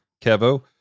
Kevo